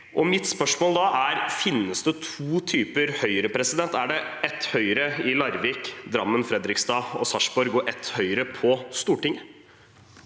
Mitt spørsmål er: Finnes det to typer Høyre? Er det ett Høyre i Larvik, Drammen, Fredrikstad og Sarpsborg og ett Høyre på Stortinget?